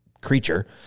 creature